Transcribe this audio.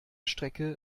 strecke